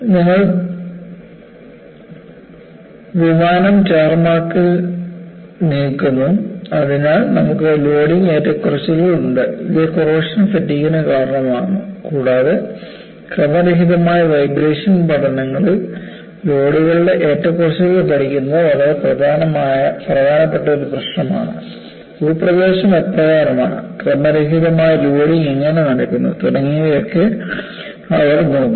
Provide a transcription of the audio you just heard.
നിങ്ങൾ വിമാനം ടാർമാക്കിൽ നീക്കുന്നു അതിനാൽ നമുക്ക് ലോഡിംഗ് ഏറ്റക്കുറച്ചിലുകൾ ഉണ്ട് ഇത് കൊറോഷൻ ഫാറ്റിഗ്നു കാരണമാകുന്നു കൂടാതെ ക്രമരഹിതമായ വൈബ്രേഷൻ പഠനങ്ങളിൽ ലോഡുകളുടെ ഏറ്റക്കുറച്ചിലുകൾ പഠിക്കുന്നത് വളരെ പ്രധാനപ്പെട്ട ഒരു പ്രശ്നമാണ് ഭൂപ്രദേശം എപ്രകാരമാണ് ക്രമരഹിതമായ ലോഡിംഗ് എങ്ങനെ നടക്കുന്നു തുടങ്ങിയവയൊക്കെ അവർ നോക്കുന്നു